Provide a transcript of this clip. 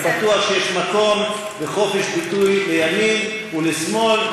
אני בטוח שיש מקום לחופש ביטוי לימין ולשמאל,